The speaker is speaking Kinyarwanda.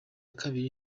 kabiri